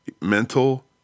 mental